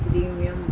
premium